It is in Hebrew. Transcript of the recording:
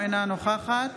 אינה נוכחת